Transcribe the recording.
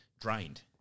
drained